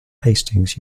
hastings